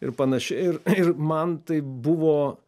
ir panašiai ir ir man tai buvo